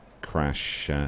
crash